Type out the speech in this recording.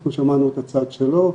אנחנו שמענו את הצד שלו,